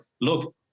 Look